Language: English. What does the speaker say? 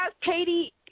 Katie